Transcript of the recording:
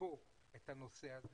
בחלקו את הנושא הזה,